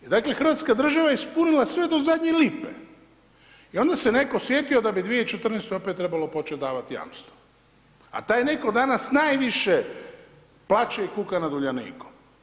Dakle, hrvatska država je ispunila sve do zadnje lipe i onda se netko sjetio da bi 2014. opet trebalo počet davat jamstvo, a taj netko danas najviše plače i kuka nad Uljanikom.